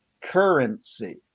Currency